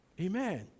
Amen